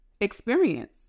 Experience